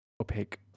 opaque